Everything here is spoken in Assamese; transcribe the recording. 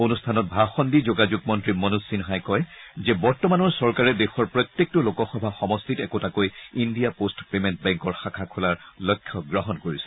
অনুষ্ঠানত ভাষণ দি যোগাযোগ মন্ত্ৰী মনোজ সিনহাই কয় যে বৰ্তমানৰ চৰকাৰে দেশৰ প্ৰত্যেকটো লোকসভা সমষ্টিত একোটাকৈ ইন্দিয়া পোষ্ট পেমেণ্ট বেংকৰ শাখা খোলাৰ লক্ষ্য গ্ৰহণ কৰিছে